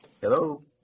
Hello